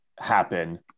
Happen